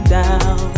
down